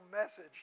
message